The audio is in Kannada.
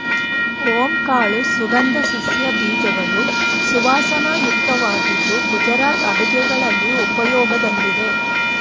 ಓಂ ಕಾಳು ಸುಗಂಧ ಸಸ್ಯ ಬೀಜಗಳು ಸುವಾಸನಾಯುಕ್ತವಾಗಿದ್ದು ಗುಜರಾತ್ ಅಡುಗೆಗಳಲ್ಲಿ ಉಪಯೋಗದಲ್ಲಿದೆ